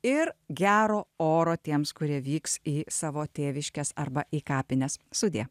ir gero oro tiems kurie vyks į savo tėviškes arba į kapines sudie